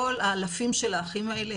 כל האלפים של האחים האלה,